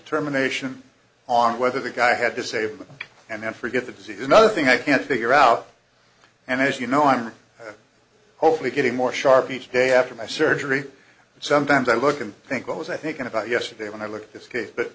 terminations on whether the guy had to save them and then forget the disease is another thing i can't figure out and as you know i'm hopefully getting more sharp each day after my surgery and sometimes i look and think what was i thinking about yesterday when i look at this case but